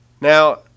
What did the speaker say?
Now